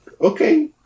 okay